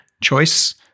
choice